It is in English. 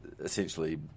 essentially